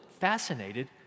fascinated